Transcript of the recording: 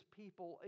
people